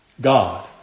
God